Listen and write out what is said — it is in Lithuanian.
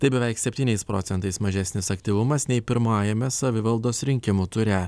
tai beveik septyniais procentais mažesnis aktyvumas nei pirmajame savivaldos rinkimų ture